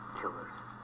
Killers